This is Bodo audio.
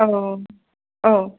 औ औ